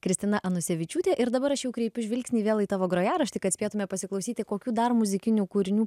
kristina anusevičiūte ir dabar aš jau kreipiu žvilgsnį vėl į tavo grojaraštį kad spėtume pasiklausyti kokių dar muzikinių kūrinių